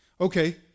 Okay